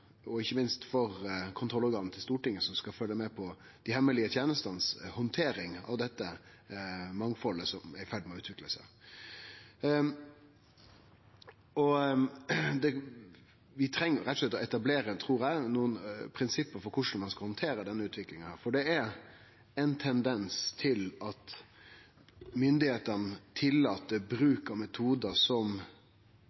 og ikkje minst for kontrollorganet til Stortinget, som skal følgje med på korleis dei hemmelege tenestene handterer mangfaldet som er i ferd med å utvikle seg. Eg trur vi rett og slett treng å etablere nokre prinsipp for korleis ein skal handtere denne utviklinga. Det er ein tendens til at myndigheitene